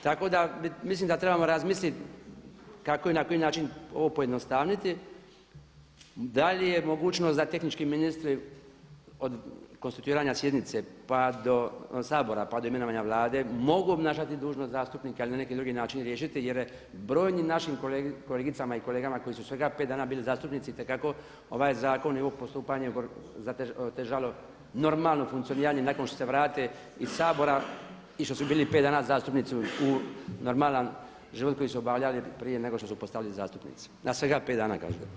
Tako da mislim da trebamo razmisliti kako i na koji način ovo pojednostavniti, da li je mogućnost da tehnički ministri od konstituiranja sjednice pa do, Sabora pa do imenovanja Vlade mogu obnašati dužnost zastupnika ili na neki drugi način riješiti jer je brojnim našim kolegicama i kolegama koji su svega 5 dana bili zastupnici itekako ovaj zakon i ovo postupanje otežalo normalno funkcioniranje nakon što se vrate iz Sabora i što su bili 5 dana zastupnici u normalan život koji su obavljali prije nego što su postali zastupnici, na svega 5 dana kažem.